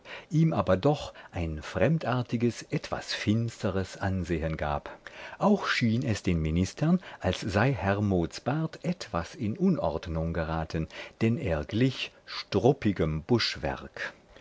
ihm aber doch ein fremdartiges etwas finsteres ansehen gab auch schien es den ministern als sei hermods bart etwas in unordnung geraten denn er glich struppigem